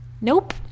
nope